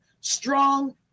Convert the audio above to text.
strong